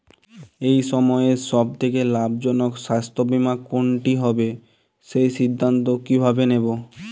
এই সময়ের সব থেকে লাভজনক স্বাস্থ্য বীমা কোনটি হবে সেই সিদ্ধান্ত কীভাবে নেব?